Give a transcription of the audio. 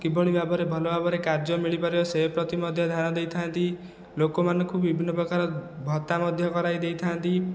କିଭଳି ଭାବରେ ଭଲ ଭାବରେ କାର୍ଯ୍ୟ ମିଳିପାରିବ ସେ ପ୍ରତି ମଧ୍ୟ ଧ୍ୟାନ ଦେଇଥା'ନ୍ତି ଲୋକମାନଙ୍କୁ ବିଭିନ୍ନ ପ୍ରକାର ଭତ୍ତା ମଧ୍ୟ କରାଇ ଦେଇଥା'ନ୍ତି